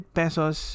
pesos